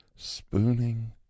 spooning